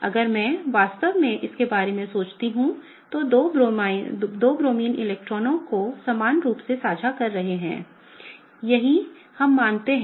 अगर मैं वास्तव में इसके बारे में सोचती हूं तो दो ब्रोमाइन इलेक्ट्रॉनों को समान रूप से साझा कर रहे हैं यही हम मानते हैं